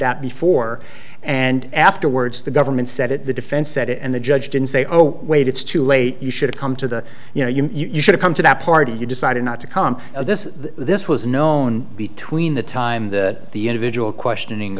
that before and afterwards the government said it the defense said it and the judge didn't say oh wait it's too late you should come to the you know you you should've come to the party you decided not to come this this was known between the time that the individual questioning